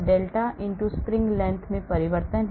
delta x spring length में परिवर्तन है